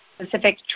specific